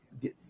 get